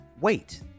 wait